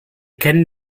kennen